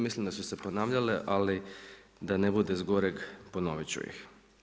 Mislim da su se ponavljale, ali da ne bude zgoreg ponovit ću ih.